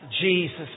Jesus